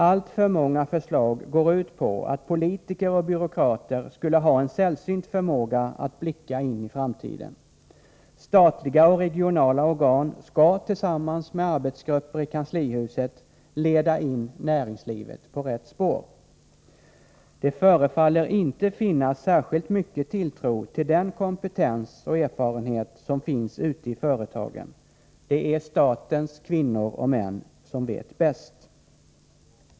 Alltför många förslag går ut på att politiker och byråkrater skulle ha en sällsynt förmåga att blicka in i framtiden. Statliga och regionala organ skall tillsammans med arbetsgrupper i kanslihuset leda in näringslivet på rätt spår. Det förefaller inte finnas särskilt mycken tilltro till den kompetens och den erfarenhet som finns ute i företagen. Det är statens kvinnor och män som vet bäst.